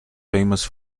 famous